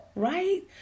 Right